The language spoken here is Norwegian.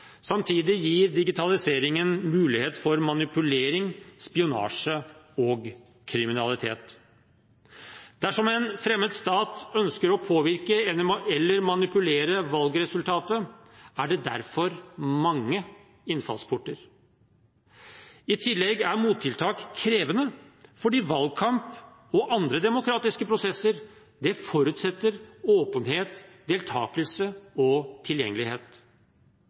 Samtidig gir digitaliseringen muligheter for manipulering, spionasje og kriminalitet. Dersom en fremmed stat ønsker å påvirke eller manipulere valgresultatet, er det derfor mange innfallsporter. I tillegg er mottiltak krevende fordi valgkamp og andre demokratiske prosesser forutsetter åpenhet, deltakelse og tilgjengelighet.